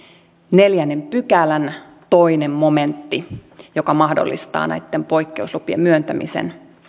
neljännen pykälän toinen momentti joka mahdollistaa näitten poikkeuslupien myöntämisen